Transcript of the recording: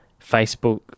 Facebook